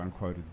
unquoted